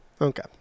Okay